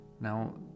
Now